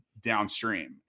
downstream